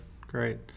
great